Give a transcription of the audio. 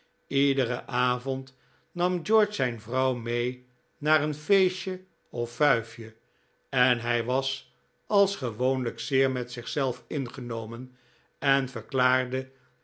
lederen avond nam george zijn vrouw mee naar een feestje of fuifje en hij was als gewoonlijk zeer met zichzelf ingenomen en verklaarde